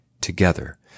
together